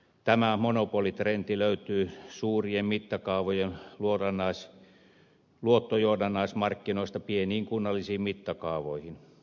tämä monopolitrendi löytyy suurien mittakaavojen luottojohdannaismarkkinoista pieniin kunnallisiin mittakaavoihin